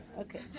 okay